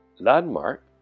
landmark